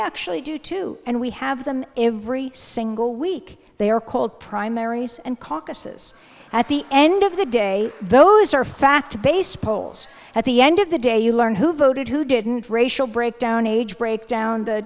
actually do too and we have them every single week they are called primaries and caucuses at the end of the day those are fact based polls at the end of the day you learn who voted who didn't racial breakdown age breakdown the